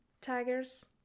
tigers